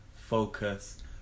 focus